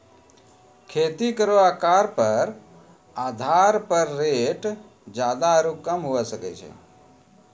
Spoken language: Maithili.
खेती केरो आकर क आधार पर रेट जादा आरु कम हुऐ सकै छै